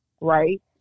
right